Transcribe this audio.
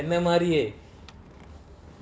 என்னமாதிரியே:enna madhirie